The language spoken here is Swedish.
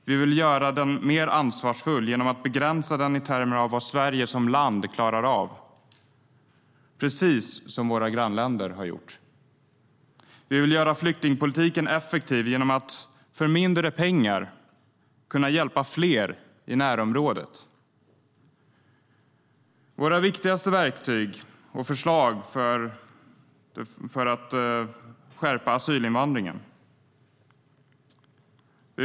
Vi vill göra den mer ansvarsfull genom att begränsa invandringen i förhållande till vad Sverige som land klarar av, precis som våra grannländer har gjort. Vi vill göra flyktingpolitiken effektiv genom att för mindre pengar kunna hjälpa fler i närområdet. Våra viktigaste förslag är för det första skärpt asylinvandring.